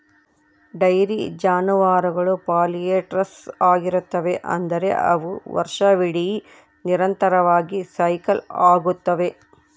dairy ಜಾನುವಾರುಗಳು polyestrous ಆಗಿರುತ್ತವೆ, ಅಂದರೆ ಅವು ವರ್ಷವಿಡೀ ನಿರಂತರವಾಗಿ ಸೈಕಲ್ ಆಗುತ್ತವೆ